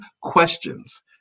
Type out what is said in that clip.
questions